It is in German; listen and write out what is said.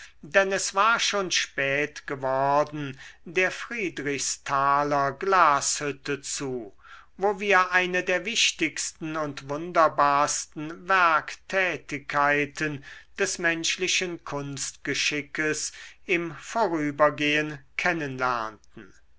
denn es war schon spät geworden der friedrichsthaler glashütte zu wo wir eine der wichtigsten und wunderbarsten werktätigkeiten des menschlichen kunstgeschickes im vorübergehen